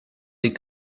des